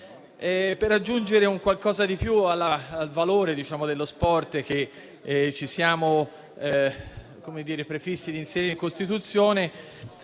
Per aggiungere qualcosa di più al valore dello sport che ci siamo prefissi di inserire in Costituzione,